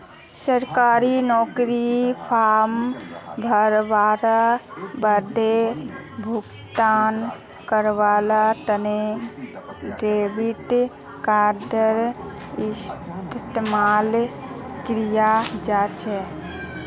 सरकारी नौकरीर फॉर्म भरवार बादे भुगतान करवार तने डेबिट कार्डडेर इस्तेमाल कियाल जा छ